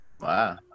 Wow